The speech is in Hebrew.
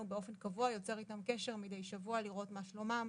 באופן קבוע יוצר אתם קשר מידי שבוע לראות מה שלומם,